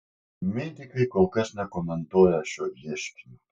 medikai kol kas nekomentuoja šio ieškinio